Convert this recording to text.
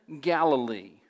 Galilee